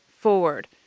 forward